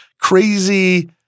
crazy